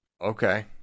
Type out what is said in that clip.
Okay